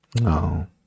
No